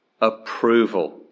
approval